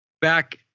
back